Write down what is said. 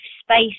space